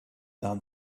than